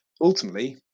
Ultimately